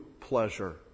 pleasure